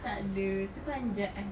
takde terperanjat I